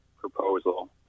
proposal